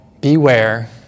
Beware